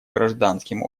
гражданским